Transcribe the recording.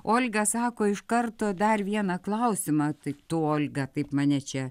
olga sako iš karto dar vieną klausimą tai tu olga taip mane čia